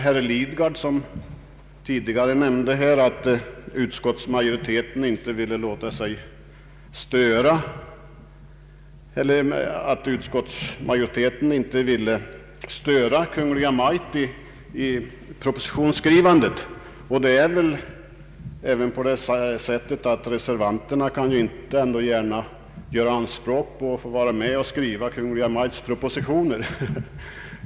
Herr Lidgard yttrade att utskottsmajoriteten inte ville störa Kungl. Maj:t i propositionsskrivandet. Reservanterna kan väl heller inte gärna göra anspråk på att få vara med om att skriva Kungl. Maj:ts propositioner.